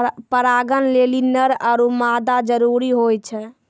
परागण लेलि नर आरु मादा जरूरी होय छै